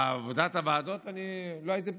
בעבודת הוועדות, אני לא הייתי פעיל.